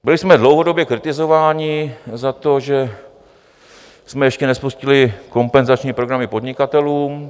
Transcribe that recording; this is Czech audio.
Byli jsme dlouhodobě kritizováni za to, že jsme ještě nespustili kompenzační programy podnikatelům.